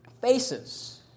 faces